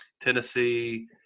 Tennessee